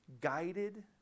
guided